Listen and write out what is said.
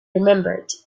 remembered